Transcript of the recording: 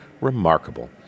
remarkable